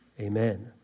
Amen